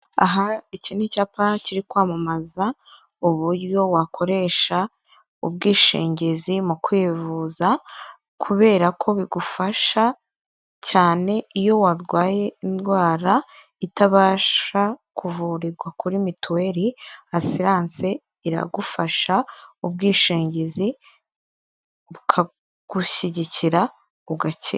Aha iki ni icyapa kiri kwamamaza uburyo wakoresha ubwishingizi mu kwivuza, kubera ko bigufasha cyane iyo warwaye indwara itabasha kuvurirwa kuri mituweli, asiranse iragufasha ubwishingizi bukagushyigikira ugakira.